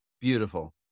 Beautiful